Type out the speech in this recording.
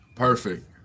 Perfect